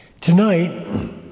Tonight